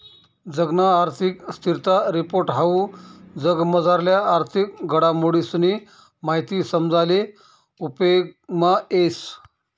जगना आर्थिक स्थिरता रिपोर्ट हाऊ जगमझारल्या आर्थिक घडामोडीसनी माहिती समजाले उपेगमा येस